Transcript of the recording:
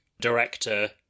director